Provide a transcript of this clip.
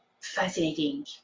fascinating